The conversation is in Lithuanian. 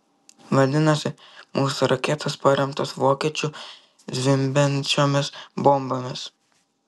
vadinasi mūsų raketos paremtos vokiečių zvimbiančiomis bombomis